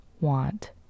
want